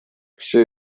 все